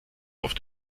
auf